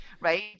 right